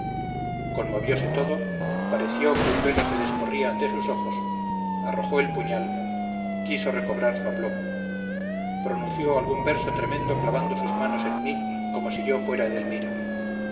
obcecación conmoviose todo pareció que un velo se descorría ante sus ojos arrojó el puñal quiso recobrar su aplomo pronunció algún verso tremendo clavando sus manos en mí como si yo fuera edelmira